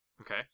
Okay